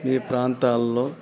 మీ ప్రాంతాలలో